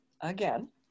again